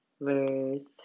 verse